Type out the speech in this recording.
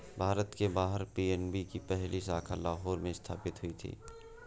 भारत के बाहर पी.एन.बी की पहली शाखा लाहौर में स्थापित हुई थी